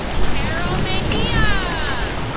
carol mejia yeah